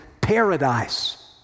paradise